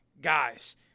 guys